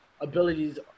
abilities